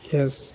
इएहसब